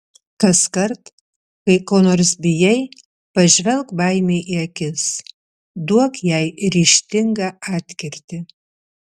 kaskart kai ko nors bijai pažvelk baimei į akis duok jai ryžtingą atkirtį